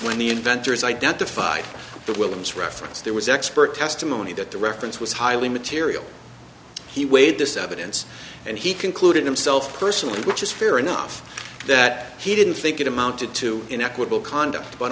the inventor is identified but williams reference there was expert testimony that the reference was highly material he weighed this evidence and he concluded himself personally which is fair enough that he didn't think it amounted to an equable conduct